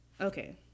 Okay